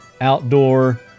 outdoor